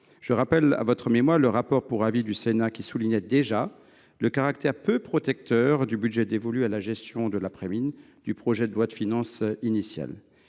Je rappelle à votre mémoire le rapport pour avis du Sénat qui soulignait déjà le caractère peu protecteur du budget dévolu à la gestion de l’après mines du projet de loi de finances initiale